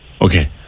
Okay